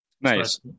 Nice